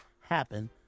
happen